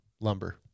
lumber